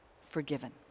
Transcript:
forgiven